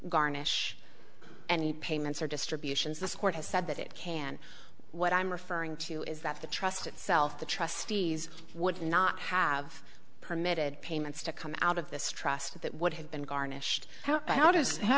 garnish any payments or distributions this court has said that it can what i'm referring to is that the trust itself the trustees would not have permitted payments to come out of this trust that would have been garnished how how does how